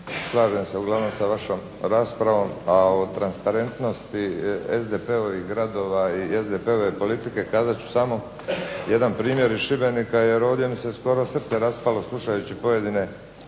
slažem se uglavnom sa vašom raspravom, a o transparentnosti SDP-ovih gradova i SDP-ove politike kazat ću samo jedan primjer iz Šibenika, jer ovdje mi se skoro srce raspalo slušajući pojedine rasprave